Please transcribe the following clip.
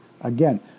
Again